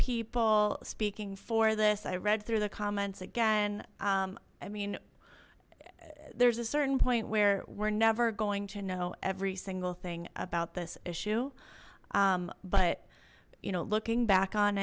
people speaking for this i read through the comments again i mean there's a certain point where we're never going to know every single thing about this issue but you know looking back on